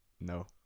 No